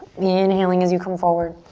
inhaling as you come forward.